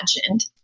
imagined